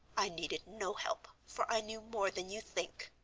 i needed no help, for i knew more than you think.